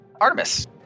Artemis